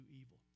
evil